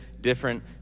different